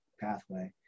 pathway